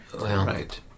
Right